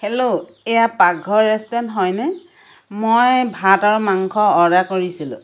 hello এইয়া পাকঘৰ restaurant হয়নে মই ভাত আৰু মাংস অৰ্ডাৰ কৰিছিলোঁ